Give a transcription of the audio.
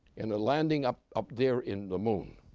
in a landing up up there in the moon,